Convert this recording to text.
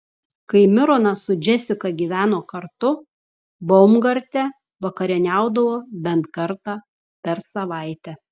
kai mironas su džesika gyveno kartu baumgarte vakarieniaudavo bent kartą per savaitę